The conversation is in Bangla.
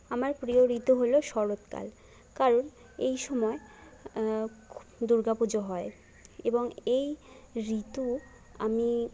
আমার প্রিয় ঋতু হল শরৎকাল কারণ এই সময় দুর্গা পুজো হয় এবং এই ঋতু আমি